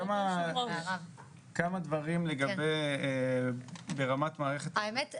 כמה דברים לגבי --- האמת,